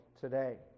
today